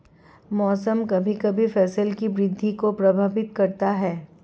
मौसम कभी कभी फसल की वृद्धि को प्रभावित करता है